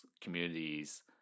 communities